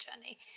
journey